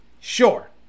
Sure